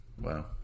Wow